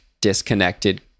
disconnected